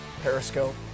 Periscope